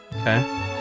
Okay